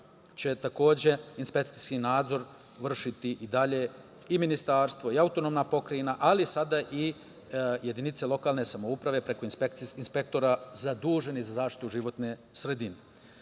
će takođe inspekcijski nadzor vršiti i dalje i ministarstvo i autonomna pokrajina, ali sada i jedinice lokalne samouprave preko inspektora zaduženih za zaštitu životne sredine. Jedno